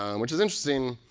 um which is interesting.